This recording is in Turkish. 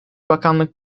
bakanlık